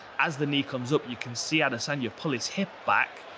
as the knee comes up, you can see adesanya pull his hip back,